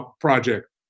project